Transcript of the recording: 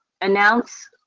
announce